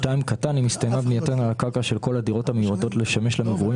אם הסתיימה בנייתן על הקרקע של כל הדירות המיועדות לשמש למגורים,